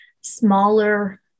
smaller